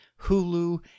Hulu